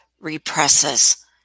represses